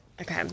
Okay